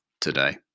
today